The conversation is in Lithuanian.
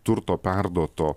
turto perduoto